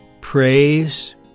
praise